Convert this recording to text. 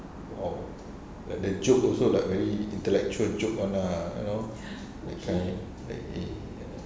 oh like the joke also like very intellectual joke one ah you know that kind